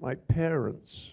my parents